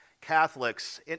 Catholics